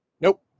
nope